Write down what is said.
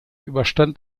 überstand